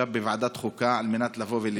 בוועדת חוקה כדי לבוא ולשאול את השאילתה.